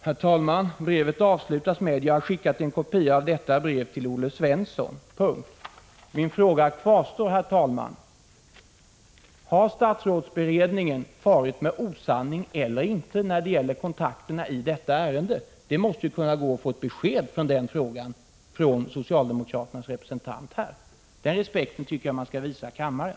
Herr talman! Brevet avslutas med: ”Jag har skickat en kopia av detta brev till Olle Svensson.” Min fråga kvarstår: Har statsrådsberedningen farit med osanning eller inte när det gäller kontakterna i detta ärende? Det måste gå att få ett besked i den frågan från socialdemokraternas representant. Den respekten tycker jag att man skall visa kammaren.